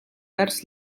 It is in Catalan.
vers